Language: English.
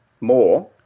more